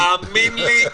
תאמין לי,